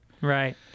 Right